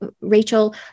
Rachel